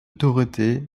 dorothée